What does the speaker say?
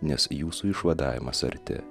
nes jūsų išvadavimas arti